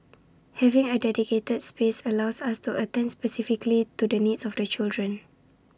having A dedicated space allows us to attend specifically to the needs of children